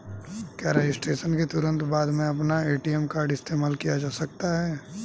क्या रजिस्ट्रेशन के तुरंत बाद में अपना ए.टी.एम कार्ड इस्तेमाल किया जा सकता है?